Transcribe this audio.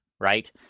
right